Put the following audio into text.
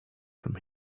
from